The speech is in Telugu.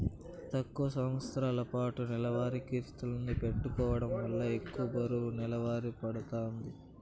తక్కువ సంవస్తరాలపాటు నెలవారీ కిస్తుల్ని పెట్టుకోవడం వల్ల ఎక్కువ బరువు నెలవారీ పడతాంది